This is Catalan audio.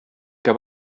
que